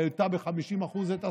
שהעלתה ב-50% את השכר.